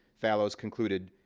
fallows concluded,